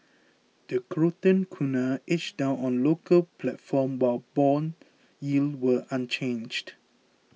the Croatian kuna edged down on the local platform while bond yields were unchanged